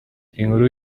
inkuru